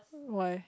why